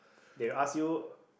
they will ask you